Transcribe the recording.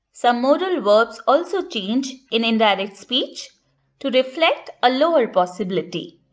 some modal verbs also change in indirect speech to reflect a lower possibility.